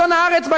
עיתון "הארץ",